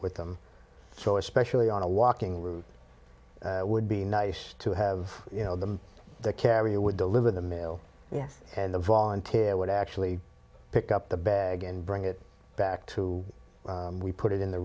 with them so especially on a walking route would be nice to have you know the carrier would deliver the mail yes and the volunteer would actually pick up the bag and bring it back to put it in the